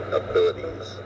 abilities